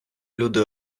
люди